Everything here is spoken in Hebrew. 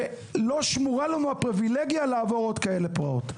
ולא שמורה לנו הפריבילגיה לעבור עוד כאלה פרעות.